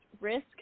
risk